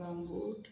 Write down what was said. बांगूट